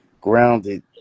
grounded